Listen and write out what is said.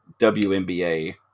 WNBA